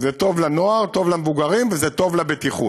טוב לנוער, טוב למבוגרים וזה טוב לבטיחות,